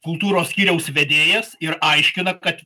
kultūros skyriaus vedėjas ir aiškina kad